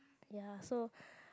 ya so